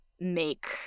make